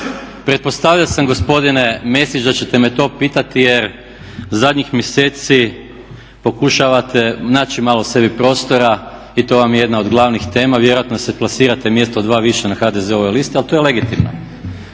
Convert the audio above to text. lijepo. Pretpostavio sam gospodine Mesić da ćete me to pitati jer zadnjih mjeseci pokušavate naći malo sebi prostora i to vam je jedna od glavnih tema, vjerojatno se plasirate mjesto, dva više na HDZ-ovoj listi, ali to je legitimno.